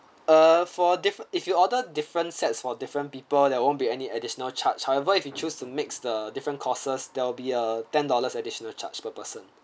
uh for dif~ if you order different sets for different people there won't be any additional charge however if you choose to mix the different courses there will be a ten dollars additional charge per person